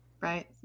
Right